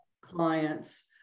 clients